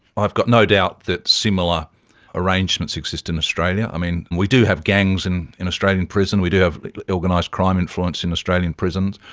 i've got no doubt that similar arrangements exist in australia. we do have gangs and in australian prisons, we do have organised crime influence in australian prisons.